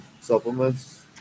supplements